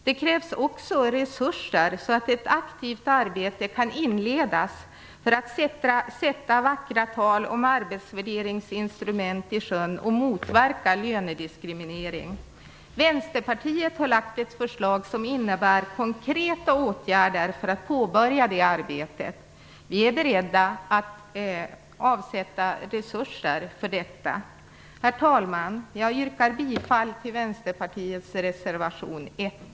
Det krävs också resurser, så att ett aktivt arbete kan inledas för att omsätta vackert tal om arbetsvärderingsinstrument i praktisk handling och motverka lönediskriminering. Vänsterpartiet har lagt fram ett förslag som innebär konkreta åtgärder för att påbörja det arbetet. Vi är beredda att avsätta resurser för detta. Herr talman! Jag yrkar bifall till Vänsterpartiets reservation nr 1.